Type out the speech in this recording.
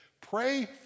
pray